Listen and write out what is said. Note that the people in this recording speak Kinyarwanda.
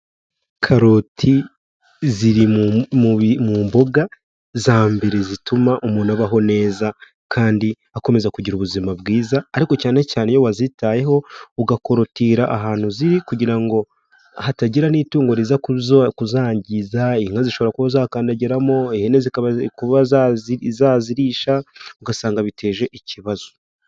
Karoti ziri mu mboga za mbere zituma umuntu abaho neza kandi akomeza kugira ubuzima bwiza ariko cyane cyane iyo wazitayeho, ugakorutira ahantu ziri kugira ngo hatagira n'itungo riza zo kuzangiza inka zishobora kuba zakandagiramo, ihene zizazirisha ugasanga biteje ikibazo.